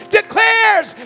declares